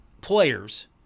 players